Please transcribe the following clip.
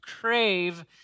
crave